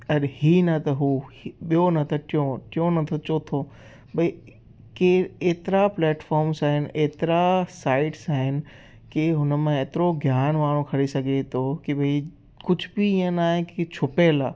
अरे हीअ न त हूअ ॿियो न त टियो टियो नथो चौथो भई केर एतिरा प्लैटफॉम्स आहिनि एतिरा साइट्स आहिनि की हुन मां एतिरो ज्ञान माण्हू खणी सघे थो की भई कुझ बि ईअं न आहे की छुटियलु आहे